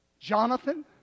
Jonathan